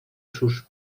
sus